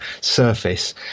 surface